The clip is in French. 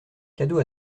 cadeau